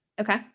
Okay